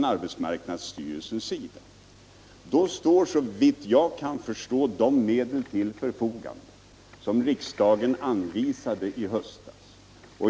Med arbetsmark nadsstyrelsens bedömning av läget står, såvitt jag kan förstå, de medel till förfogande som riksdagen i höstas anvisade.